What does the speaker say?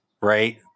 right